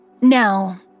Now